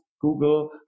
Google